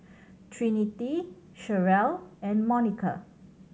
Trinity Cherelle and Monica